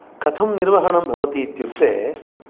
कथं निर्वहणं भवति इत्युक्ते